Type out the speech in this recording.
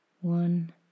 one